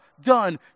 done